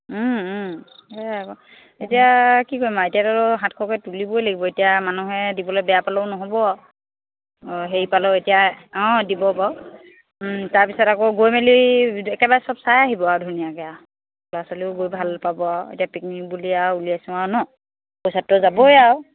সেয়াই এতিয়া কি কৰিম আৰু এতিয়াতো সাতশকৈ তুলিবই লাগিব এতিয়া মানুহে দিবলৈ বেয়া পালেও নহ'ব আৰু অঁ হেৰি পালেও এতিয়া অঁ দিব বাও তাৰপিছত আকৌ গৈ মেলি একেবাৰে সব চাই আহিব আৰু ধুনীয়াকৈ আৰু ল'ৰা ছোৱালীয়েও গৈ ভাল পাব আৰু এতিয়া পিকনিক বুলি আৰু উলিয়াইছোঁ আৰু নহ্ পইচাটোতো যাবই আৰু